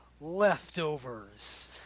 leftovers